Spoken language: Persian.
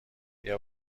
بیا